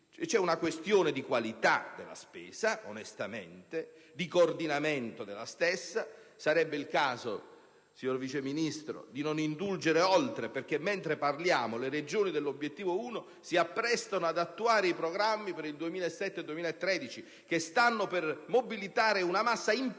è una questione di qualità della spesa, di coordinamento della stessa. Sarebbe il caso, signor Vice Ministro, di non indulgere oltre perché, mentre parliamo, le Regioni dell'obiettivo 1 si apprestano ad attuare i programmi per il 2007-2013 che stanno per mobilitare una massa imponente